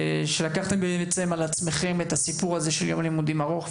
שלקחתם על עצמכם בעצם את הסיפור הזה של יום לימודים ארוך,